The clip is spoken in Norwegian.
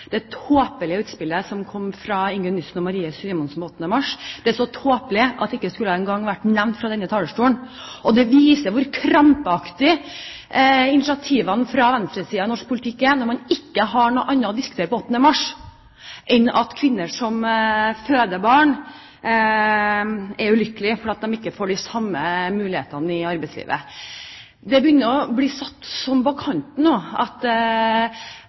det tåpelige utspillet som kom fra Ingunn Yssen og Marie Simonsen den 8. mars. Det er så tåpelig at det ikke engang skulle vært nevnt fra denne talerstolen. Det viser hvor krampaktig initiativene fra venstresiden i norsk politikk er, når man ikke har noe annet å diskutere på 8. mars enn at kvinner som føder barn, er ulykkelige fordi de ikke får de samme mulighetene i arbeidslivet. Nå begynner det å bli satt så på spissen at selv folk som